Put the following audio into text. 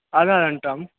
आधा घंटामे